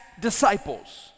disciples